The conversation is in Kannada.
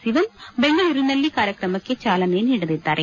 ಸಿವನ್ ಬೆಂಗಳೂರಿನಲ್ಲಿ ಕಾರ್ಯಕ್ರಮಕ್ಕೆ ಚಾಲನೆ ನೀಡಲಿದ್ದಾರೆ